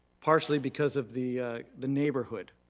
partially because of the the neighborhood.